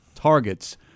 targets